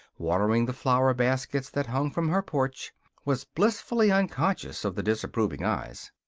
watering the flower baskets that hung from her porch was blissfully unconscious of the disapproving eyes.